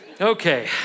okay